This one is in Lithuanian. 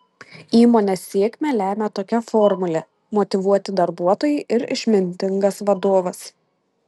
įmonės sėkmę lemią tokia formulė motyvuoti darbuotojai ir išmintingas vadovas